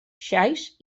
xais